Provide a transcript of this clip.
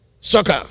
soccer